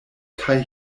kaj